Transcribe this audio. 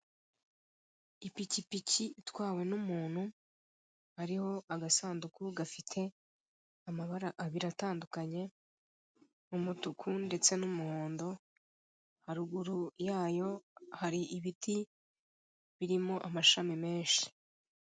Ipikipiki itwawe n'umuntu hariho agasanduku gafite amabara atandukanye umukara ndetse n'umuhondo, haruguru yayo hari ibiti birimo amashami menshi.